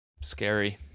Scary